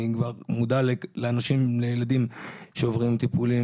אני יודע על ילדים שעוברים טיפולים.